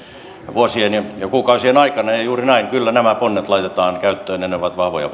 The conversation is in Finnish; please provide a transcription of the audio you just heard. vuosien ja ja kuukausien aikana juuri näin kyllä nämä ponnet laitetaan käyttöön ja ne ovat vahvoja